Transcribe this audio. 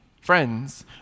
friends